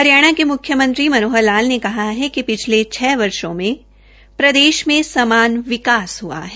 हरियाणा के मुख्यमंत्री मनोहर लाल ने कहा है कि पिछले छ वर्षो में प्रदेश में समान विकास हुआ है